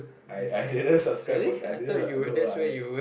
I I didn't subscribe for that I didn't no I